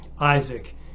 Isaac